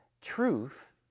Truth